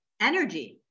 energy